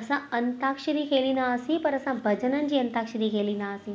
असां अंताक्क्षरी खेलींदा हुआसीं पर असां भॼननि जी अंताक्क्षरी खेलींदा हुआसीं